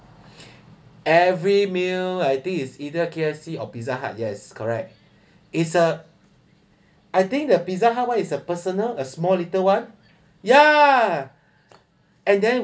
every meal I think is either K_F_C or pizza hut yes correct is uh I think the pizza hut [one] is a personal a small little one ya and then